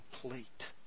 complete